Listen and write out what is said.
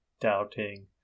doubting